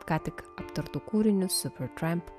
ką tik aptartu kūrinius fiksuojant